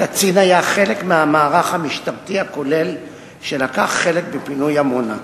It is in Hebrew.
הקצין היה חלק מהמערך המשטרתי הכולל שלקח חלק בפינוי עמונה.